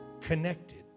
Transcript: connected